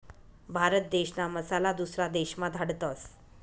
भारत देशना मसाला दुसरा देशमा धाडतस